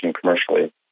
commercially